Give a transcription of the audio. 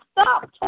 stop